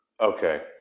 Okay